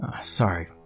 Sorry